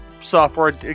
software